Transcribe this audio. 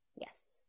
Yes